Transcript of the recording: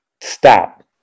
stop